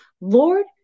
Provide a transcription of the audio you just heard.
Lord